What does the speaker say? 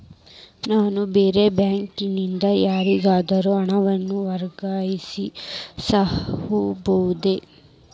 ನಾನು ಬೇರೆ ಬ್ಯಾಂಕ್ ನಿಂದ ಯಾರಿಗಾದರೂ ಹಣವನ್ನು ವರ್ಗಾಯಿಸಬಹುದೇ?